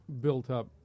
built-up